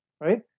right